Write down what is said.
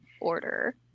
order